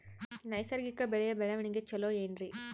ನೈಸರ್ಗಿಕ ಬೆಳೆಯ ಬೆಳವಣಿಗೆ ಚೊಲೊ ಏನ್ರಿ?